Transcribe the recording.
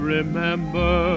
Remember